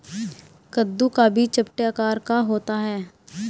कद्दू का बीज चपटे आकार का होता है